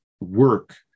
work